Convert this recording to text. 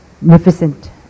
magnificent